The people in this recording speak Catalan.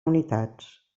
unitats